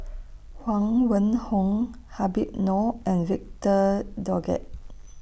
Huang Wenhong Habib Noh and Victor Doggett